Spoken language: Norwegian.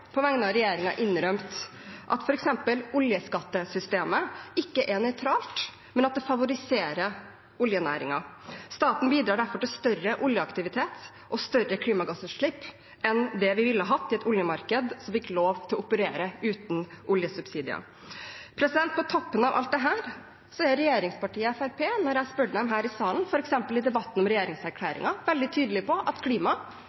på vegne av regjeringen innrømmet at f.eks. oljeskattesystemet ikke er nøytralt, men at det favoriserer oljenæringen. Staten bidrar derfor til større oljeaktivitet og større klimagassutslipp enn det vi ville hatt i et oljemarked som fikk lov til å operere uten oljesubsidier. På toppen av alt dette er regjeringspartiet Fremskrittspartiet, når jeg spør dem her i salen, f.eks. i debatten om regjeringserklæringen, veldig tydelig på at klima